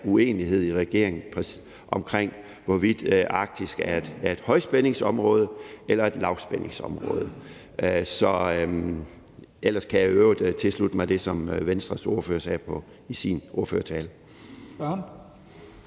uenighed i regeringen om, hvorvidt Arktis er et højspændingsområde eller et lavspændingsområde. Ellers kan jeg i øvrigt tilslutte mig det, som Venstres ordfører sagde i sin ordførertale.